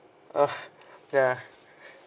oh ya